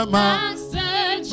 Master